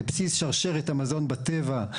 לבסיס שרשרת המזון בטבע,